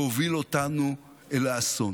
והוביל אותנו לאסון.